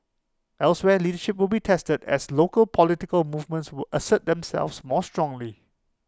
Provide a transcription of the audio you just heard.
elsewhere leadership will be tested as local political movements will assert themselves more strongly